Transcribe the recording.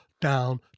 down